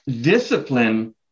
discipline